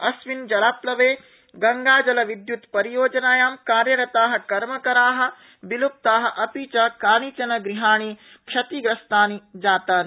अस्मिन् जलाप्लवे गंगाजलविद्यूत् परियोजनायां कार्यरता कर्मकरा विल्प्ता अपि च कानिचन गृहाणि क्षतिग्रस्तानि जातानि